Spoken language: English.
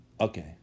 okay